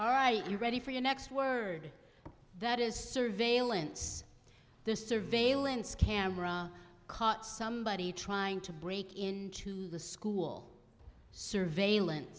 all right you ready for your next word that is surveillance the surveillance camera caught somebody trying to break into the school surveillance